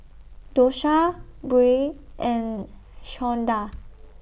Dosha Beau and Shawnda